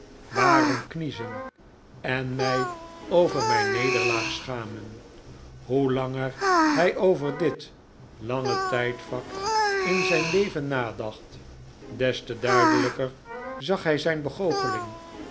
waarom kniezen en mij over mijn nederlaag schamen hoe langer hij over dit lange tijdvak in zijn leven nadacht des te duidelijker zag hij zijn